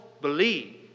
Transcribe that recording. believe